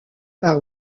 par